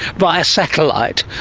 via satellite,